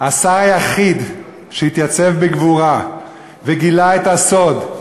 השר היחיד שהתייצב בגבורה וגילה את הסוד,